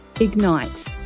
Ignite